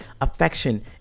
affection